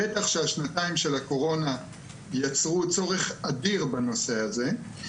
בטח שהשנתיים של הקורונה יצרו צורך אדיר בנושא הזה.